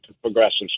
progressives